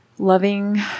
loving